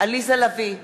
עליזה לביא,